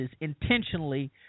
intentionally